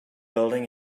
building